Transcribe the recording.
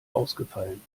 ausgefallen